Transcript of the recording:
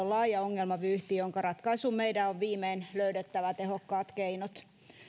on laaja ongelmavyyhti jonka ratkaisuun meidän on viimein löydettävä tehokkaat keinot